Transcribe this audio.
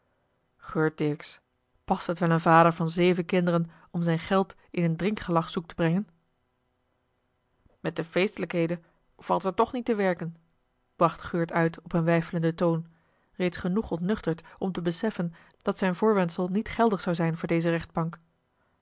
past het wel een vader van zeven kinderen om zijn geld in een drinkgelag zoek te brengen met de feestelijkheden valt er toch niet te werken bracht geurt uit op een weifelenden toon reeds genoeg ontnuchterd om te beseffen dat zijn voorwendsel niet geldig zou zijn voor deze rechtbank